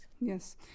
Yes